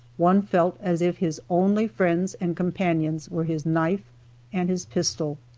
one felt as if his only friends and companions were his knife and his pistol.